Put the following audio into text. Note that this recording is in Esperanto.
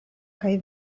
kaj